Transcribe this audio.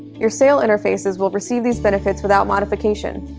your sail interfaces will receive these benefits without modification.